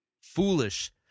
Foolish